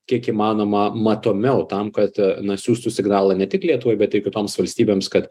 kiek įmanoma matomiau tam kad nusiųstų signalą ne tik lietuvoj bet ir kitoms valstybėms kad